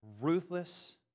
ruthless